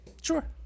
Sure